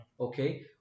Okay